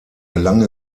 gelang